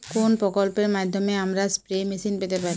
কোন প্রকল্পের মাধ্যমে আমরা স্প্রে মেশিন পেতে পারি?